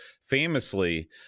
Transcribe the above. famously